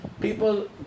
People